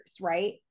Right